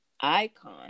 Icon